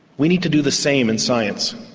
we need to do the same in science.